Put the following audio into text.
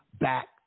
back